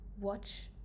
Watch